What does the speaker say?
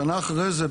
בשנה אחרי זה,